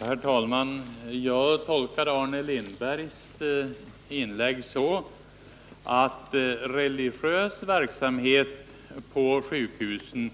Herr talman! Jag tolkade Arne Lindbergs inlägg så att det för religiös verksamhet på sjukhusen